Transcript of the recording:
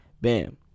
Bam